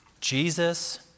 Jesus